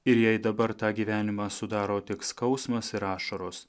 ir jei dabar tą gyvenimą sudaro tik skausmas ir ašaros